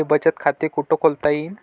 मले बचत खाते कुठ खोलता येईन?